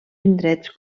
indrets